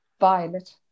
violet